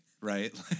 right